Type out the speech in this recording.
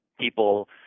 people